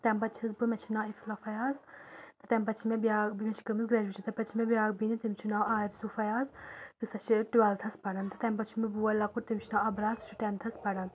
تَمہِ پَتہٕ چھیٚس بہٕ مےٚ چھُ ناو اِفرہ فیاض تَمہِ پَتہٕ چھِ مےٚ بیٛاکھ بیٚنہِ مےٚ چھِ کٔرمٕژ گرٛیجویشن تَمہِ پَتہٕ چھِ مےٚ بیٛاکھ بیٚنہِ تٔمِس چھُ ناو آرِزوٗ فیاض تہٕ سۄ چھِ ٹویٚلتھس پران تہٕ تَمہِ پتہٕ چھُ مےٚ بھوے لۄکُٹ تٔمِس چھُ ناو ابرار سُہ چھُ ٹیٚنتھس پران